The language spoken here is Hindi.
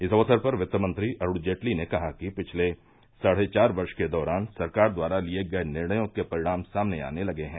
इस अवसर पर वित्तमंत्री अरूण जेटली ने कहा कि पिछले साढ़े चार वर्ष के दौरान सरकार द्वारा लिये गये निर्णयों के परिणाम सामने आने लगे हैं